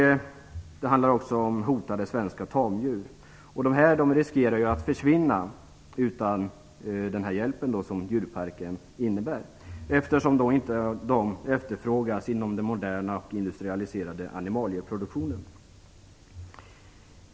Det handlar också om hotade svenska tamdjur. De riskerar att försvinna utan den hjälp som djurparken innebär, eftersom de inte efterfrågas inom den moderna och industrialiserade animalieproduktionen.